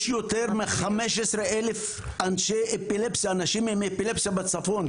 יש יותר מ-15,000 אנשים עם אפילפסיה בצפון.